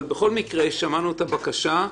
אבל בכל מקרה שמענו את הבקשה.